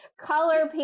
color